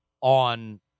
on